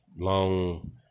long